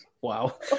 Wow